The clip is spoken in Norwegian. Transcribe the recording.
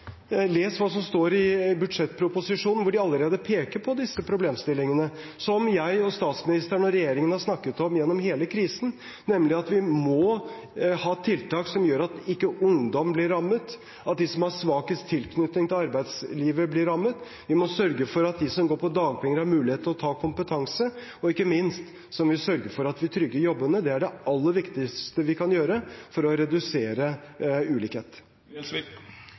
hva som står i budsjettproposisjonen, hvor man allerede peker på disse problemstillingene som jeg, statsministeren og regjeringen har snakket om gjennom hele krisen, nemlig at vi må ha tiltak som gjør at ikke ungdom blir rammet, eller at de som har svakest tilknytning til arbeidslivet, blir rammet. Vi må sørge for at de som går på dagpenger, har mulighet til å få kompetanse. Ikke minst må vi sørge for at vi trygger jobbene. Det er det aller viktigste vi kan gjøre for å redusere